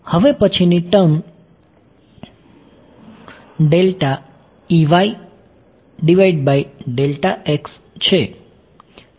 હવે પછીની ટર્મ છે